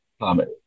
climate